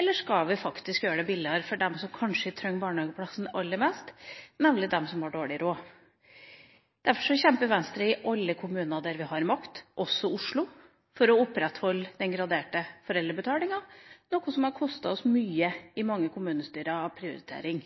eller skal vi faktisk gjøre det billigere for dem som kanskje trenger barnehageplassen aller mest, nemlig de som har dårlig råd? Derfor kjemper Venstre i alle kommuner der vi har makt, også i Oslo, for å opprettholde den graderte foreldrebetalinga, noe som har kostet oss mye i prioritering i mange kommunestyrer.